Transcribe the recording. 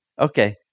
Okay